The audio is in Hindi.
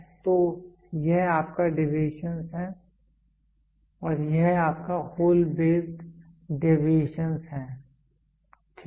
तो यह आपका डेविएशन है यह आपका होल बेस्ड डेविएशनस् है ठीक है